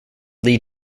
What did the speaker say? lead